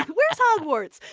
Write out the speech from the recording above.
where's hogwarts?